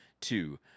two